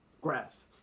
Grass